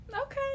Okay